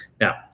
Now